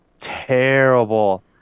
terrible